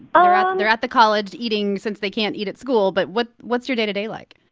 but ah um they're at the college, eating since they can't eat at school, but what's what's your day-to-day like?